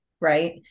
Right